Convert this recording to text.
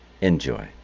Enjoy